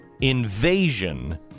invasion